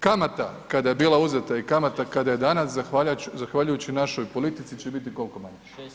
Kamata kada je bila uzeta i kamata kada je danas zahvaljujući našoj politici će biti koliko manja?